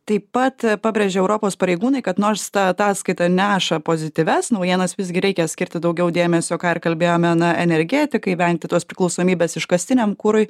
taip pat pabrėžė europos pareigūnai kad nors ta ataskaita neša pozityvias naujienas visgi reikia skirti daugiau dėmesio ką ir kalbėjome na energetikai vengti tos priklausomybės iškastiniam kurui